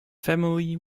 family